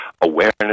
awareness